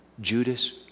Judas